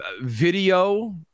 video